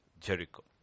Jericho